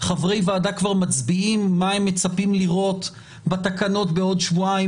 חברי ועדה כבר מצביעים מה הם מצפים לראות בתקנות בעוד שבועיים,